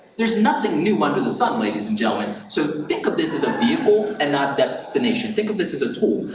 there's nothing new under the sun, ladies and gentlemen, so think of this as a vehicle and not destination. think of this is a tool.